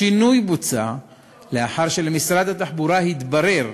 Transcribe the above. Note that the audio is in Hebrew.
השינוי נעשה לאחר שלמשרד התחבורה התברר,